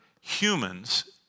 humans